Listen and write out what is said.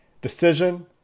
decision